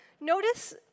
notice